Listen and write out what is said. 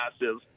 massive